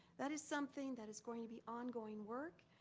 that is something that is going to be ongoing work,